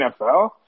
NFL